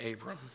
Abram